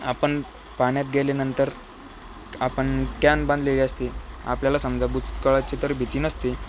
आपण पाण्यात गेल्यानंतर आपण कॅन बांधलेली असते आपल्याला समजा बुचकाळाची तर भीती नसते